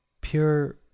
Pure